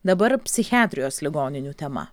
dabar psichiatrijos ligoninių tema